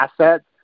assets